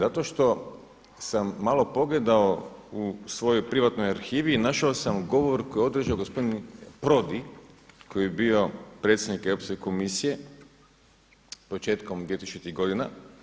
Zato što sam malo pogledao u svojoj privatnoj arhivi i našao sam govor koji je održao gospodin Prodi koji je bio predsjednik Europske komisije početkom 2000. godina.